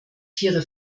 tiere